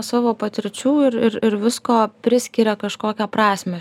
savo patirčių ir ir ir visko priskiria kažkokią prasmę